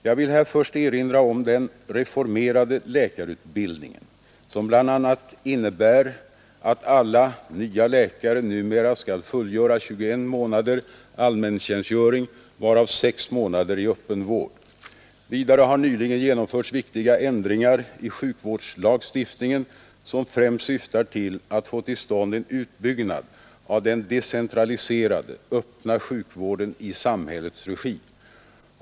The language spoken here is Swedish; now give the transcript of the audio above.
Jag vill här först erinra om den reformerade läkarutbildningen, som bl.a. innebär att alla nya läkare numera skall fullgöra 21 månaders allmäntjänstgöring, varav sex månader i öppen vård. Vidare har nyligen genomförts viktiga ändringar i sjukvårdslagstiftningen, som främst syftar till att få till stånd en utbyggnad av den decentraliserade öppna sjukvården i samhällets regi.